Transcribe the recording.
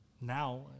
now